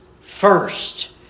first